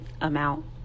amount